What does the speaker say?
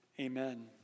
Amen